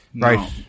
Right